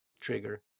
trigger